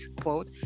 quote